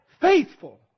faithful